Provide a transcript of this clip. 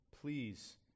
Please